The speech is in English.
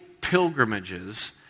pilgrimages